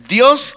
Dios